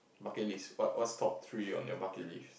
bucket list what what's top three on your bucket list